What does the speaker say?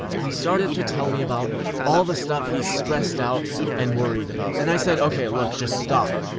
and he started to tell me about all the stuff he's stressed out and worried about. and i said, okay. look. just stop.